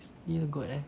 snail god eh